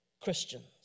Christians